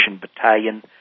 Battalion